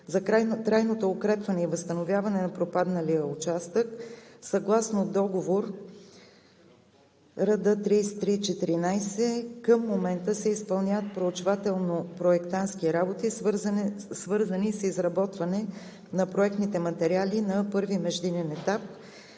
За трайното укрепване и възстановяване на пропадналия участък съгласно Договор РД 33-14 към момента се изпълняват проучвателно проектантски работи, свързани с изработване на проектните материали на първи междинен етап,